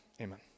amen